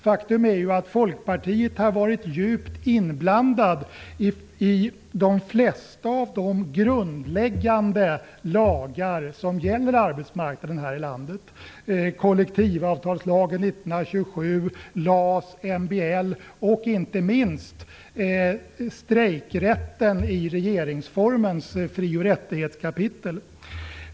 Faktum är att Folkpartiet har varit djupt inblandat i de flesta av de grundläggande lagar som gäller arbetsmarknaden här i landet: kollektivavtalslagen 1927, LAS, MBL och inte minst strejkrätten i regeringsformens fri och rättighetskapitel.